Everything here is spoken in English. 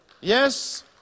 yes